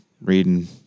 reading